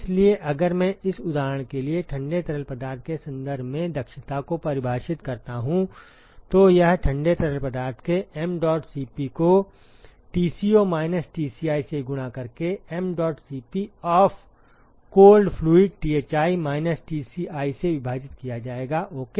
इसलिए अगर मैं इस उदाहरण के लिए ठंडे तरल पदार्थ के संदर्भ में दक्षता को परिभाषित करता हूं तो यह ठंडे तरल पदार्थ के mdot Cp को Tco माइनस Tci से गुणा करके mdot Cp of cold fluid Thi minus Tci से विभाजित किया जाएगा ओके